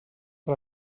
que